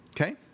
okay